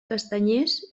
castanyers